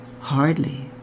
Hardly